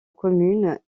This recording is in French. commune